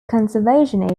conservation